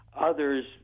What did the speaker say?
others